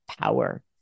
power